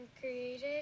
created